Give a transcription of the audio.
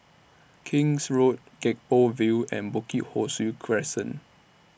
King's Road Gek Poh Ville and Bukit Ho Swee Crescent